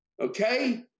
Okay